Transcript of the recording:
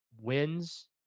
wins